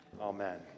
Amen